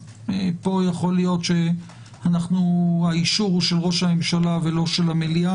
להיות שהאישור של ראש הממשלה ולא של המליאה.